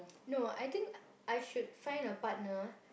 no I think I should find a partner